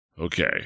okay